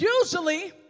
Usually